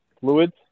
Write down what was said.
Fluids